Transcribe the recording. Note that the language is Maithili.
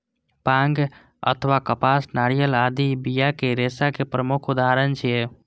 बांग अथवा कपास, नारियल आदि बियाक रेशा के प्रमुख उदाहरण छियै